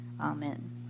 Amen